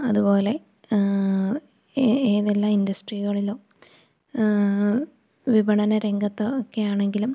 അതുപോലെ ഏതെല്ലാം ഇൻഡസ്ട്രികളിലോ വിപണന രംഗത്ത് ഒക്കെയാണെങ്കിലും